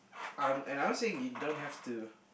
I'm and I'm saying you don't have to